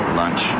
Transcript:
lunch